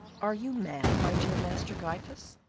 are you mad, my dear master gryphus?